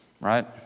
right